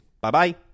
Bye-bye